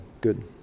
good